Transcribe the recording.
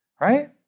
Right